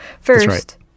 first